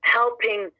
helping